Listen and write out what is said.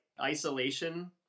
isolation